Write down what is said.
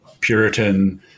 Puritan